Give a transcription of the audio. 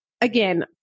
again